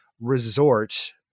resort